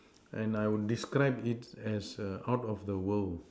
and I would describe it as out of the world